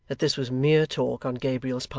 that this was mere talk on gabriel's part,